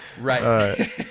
Right